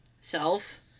Self